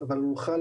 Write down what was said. חוק